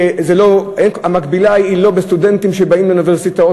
המקבילה היא לא בסטודנטים שבאים לאוניברסיטאות